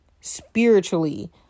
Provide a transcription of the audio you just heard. spiritually